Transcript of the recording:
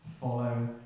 follow